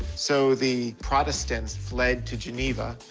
so the protestants fled to geneva,